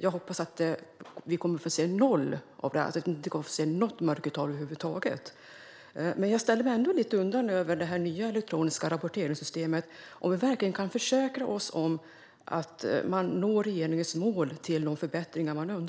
Jag hoppas att mörkertalet kommer att vara noll. Jag ställer mig ändå lite undrande - kan vi verkligen försäkra oss om att man med det nya elektroniska rapporteringssystemet når regeringens mål om önskade förbättringar?